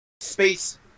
space